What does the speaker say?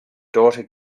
daughter